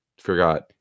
forgot